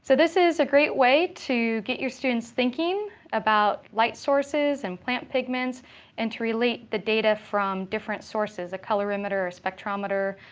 so this is a great way to get your students thinking about light sources and plant pigments and to relate the data from different sources a colorimeter, a spectrometer,